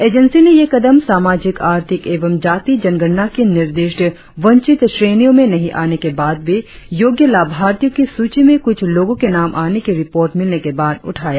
agency ने ये कदम सामाजिक आर्थिक एवं जाति जनगणना की निर्दिष्ट वंचित श्रेणियों में नही आने के बाद भी योग्य लाभार्थियों की सूची में कुछ लोगों के नाम आने की रिपोर्ट मिलने के बाद उठाया